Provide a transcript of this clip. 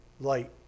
light